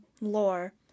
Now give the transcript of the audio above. lore